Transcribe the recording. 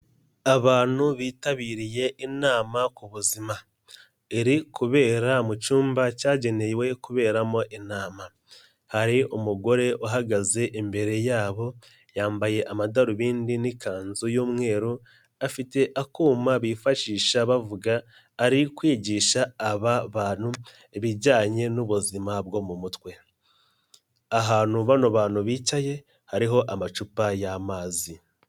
Abantu bitabiriye inama ku buzima iri kubera mu cyumba cyagenewe kuberamo inama, hari umugore uhagaze imbere yabo yambaye amadarubindi n'ikanzu y'umweru afite akuma bifashisha bavuga ari kwigisha aba bantu ibijyanye n'ubuzima bwo mu mutwe, ahantu bano bantu bicaye hariho amacupa y'amazi.